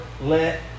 let